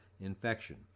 infection